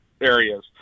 areas